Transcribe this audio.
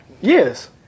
Yes